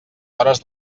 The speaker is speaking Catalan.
hores